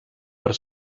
per